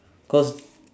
cause